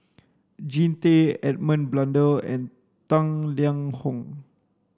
Jean Tay Edmund Blundell and Tang Liang Hong